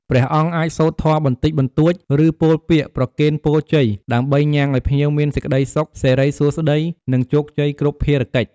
ជាអ្នកដឹកនាំខាងផ្លូវចិត្ត ជួយអប់រំ បន្ធូរនូវទុកកង្វល់ បញ្ហាផ្លូវចិត្ត ការបាក់ទឹកចិត្តជាដើម។